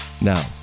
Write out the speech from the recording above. Now